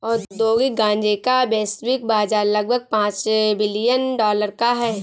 औद्योगिक गांजे का वैश्विक बाजार लगभग पांच बिलियन डॉलर का है